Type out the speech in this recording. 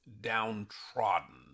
downtrodden